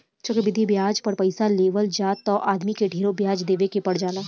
चक्रवृद्धि ब्याज पर पइसा लेवल जाए त आदमी के ढेरे ब्याज देवे के पर जाला